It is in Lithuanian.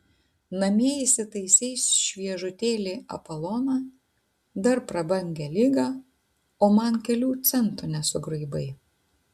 namie įsitaisei šviežutėlį apoloną dar prabangią ligą o man kelių centų nesugraibai